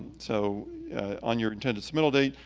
so on your intended submittal date,